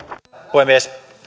puhemies